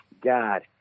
God